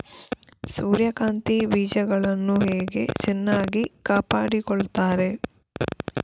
ಸೂರ್ಯಕಾಂತಿ ಬೀಜಗಳನ್ನು ಹೇಗೆ ಚೆನ್ನಾಗಿ ಕಾಪಾಡಿಕೊಳ್ತಾರೆ?